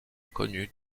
connu